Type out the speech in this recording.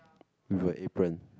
with a apron